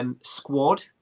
Squad